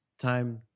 time